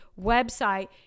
website